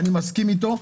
אני מסכים איתו.